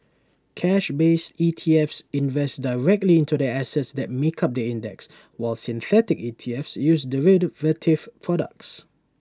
cash based ETFs invest directly into the assets that make up the index while synthetic E T Fs use derivative products